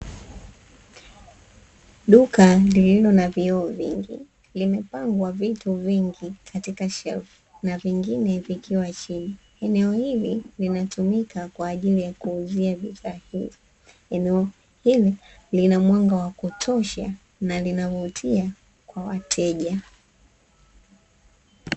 Duka lililo na vioo vingi, limepangwa vitu vingi katika shelfu, na vingine vikiwa chini. Eneo hili linatumika kwa ajili ya kuuzia bidhaa hizo. Eneo hili lina mwanga wa kutosha na linavutia kwa wateja.